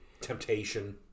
Temptation